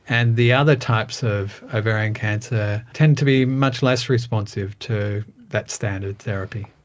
and the other types of ovarian cancer tend to be much less responsive to that standard therapy.